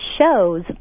shows